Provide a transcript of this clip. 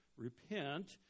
Repent